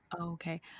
Okay